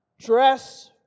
Dress